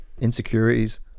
insecurities